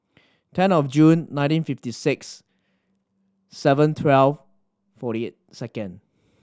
ten of June nineteen fifty six seven twelve forty eight second